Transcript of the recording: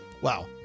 Wow